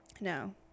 no